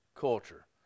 culture